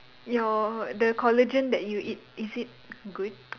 your the collagen that you eat is it good